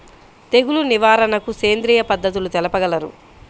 తెగులు నివారణకు సేంద్రియ పద్ధతులు తెలుపగలరు?